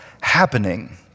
happening